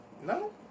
No